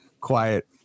quiet